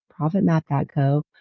profitmap.co